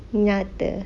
nyata